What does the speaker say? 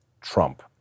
Trump